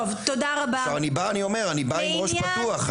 עכשיו, אני אומר: אני בא עם ראש פתוח.